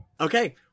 Okay